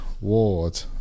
Ward